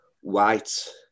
white